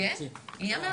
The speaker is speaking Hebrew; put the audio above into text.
יהיה מעל מיליארד?